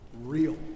real